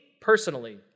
personally